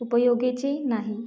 उपयोगाचे नाही